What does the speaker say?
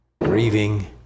grieving